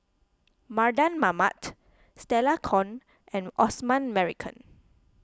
Mardan Mamat Stella Kon and Osman Merican